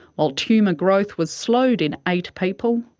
while tumour growth was slowed in eight people,